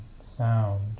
sound